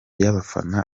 y’abafana